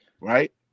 right